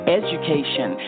education